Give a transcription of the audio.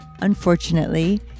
unfortunately